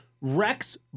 rex